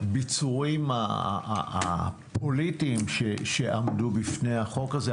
הביצורים הפוליטיים שעמדו בפני החוק הזה.